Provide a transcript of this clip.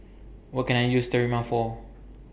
What Can I use Sterimar For